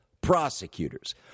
prosecutors